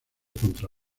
contra